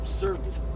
service